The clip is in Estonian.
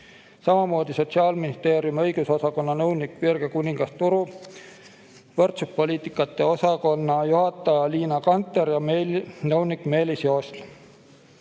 samamoodi Sotsiaalministeeriumi õigusosakonna nõunik Virge Kuningas-Turu, võrdsuspoliitikate osakonna juhataja Liina Kanter ja nõunik Meelis Joost,